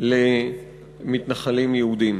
למתנחלים יהודים.